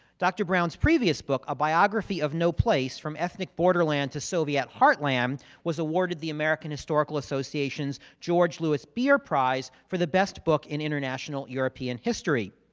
dr. brown's previous book, a biography of no place. from ethnic borderlands to soviet heartland was awarded the american historical association's george lewis beer prize for the best book in international european history.